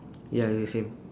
ya is same